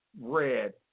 red